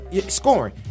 Scoring